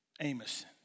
Amos